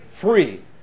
free